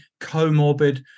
comorbid